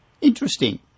Interesting